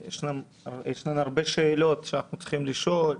הרבה שאלות שאנחנו צריכים לשאול: